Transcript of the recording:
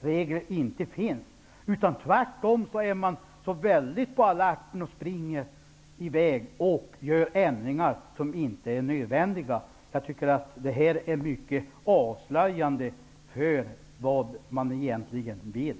Nu befinner vi oss i en situation där det inte finns någon tvingande regel. Här springer man i väg och gör ändringar som inte är nödvändiga. Det är mycket avslöjande för vad man egentligen vill.